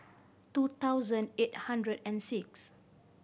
two thousand eight hundred and six